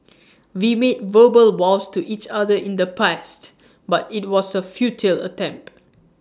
we made verbal vows to each other in the past but IT was A futile attempt